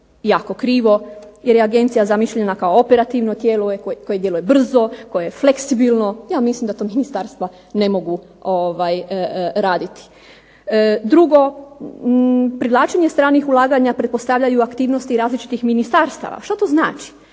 jako krivo jer je agencija zamišljena kao operativno tijelo koje djeluje brzo, koje je fleksibilno. Ja mislim da to ministarstva ne mogu raditi. Drugo, privlačenje stranih ulaganja pretpostavljaju aktivnosti različitih ministarstava. Što to znači?